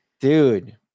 Dude